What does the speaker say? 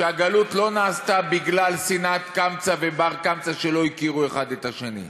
שהגלות לא נעשתה בגלל שנאת קמצא ובר קמצא שלא הכירו אחד את השני,